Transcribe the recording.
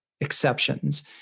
exceptions